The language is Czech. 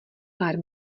pár